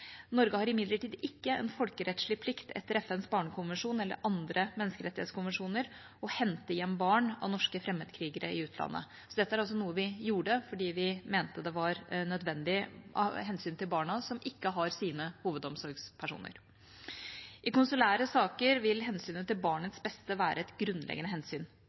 Norge har imidlertid ikke en folkerettslig plikt etter FNs barnekonvensjon eller andre menneskerettighetskonvensjoner til å hente hjem barn av norske fremmedkrigere i utlandet. Dette var altså noe vi gjorde fordi vi mente det var nødvendig av hensyn til barna som ikke har sine hovedomsorgspersoner. I konsulære saker vil hensynet til barnets beste være et grunnleggende hensyn.